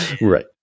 right